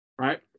right